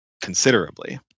considerably